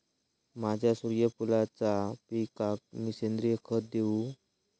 माझ्या सूर्यफुलाच्या पिकाक मी सेंद्रिय खत देवू?